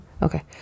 Okay